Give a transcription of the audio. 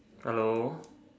hello